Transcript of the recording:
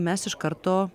mes iš karto